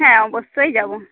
হ্যাঁ অবশ্যই যাব